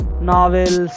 novels